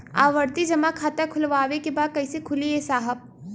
आवर्ती जमा खाता खोलवावे के बा कईसे खुली ए साहब?